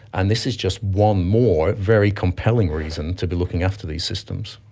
and this is just one more very compelling reason to be looking after these systems.